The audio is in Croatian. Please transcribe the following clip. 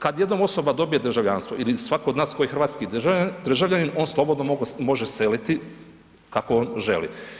Kad jednom osoba dobije državljanstvo ili svatko od nas koji je hrvatski državljanin on slobodno može seliti kako on želi.